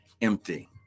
empty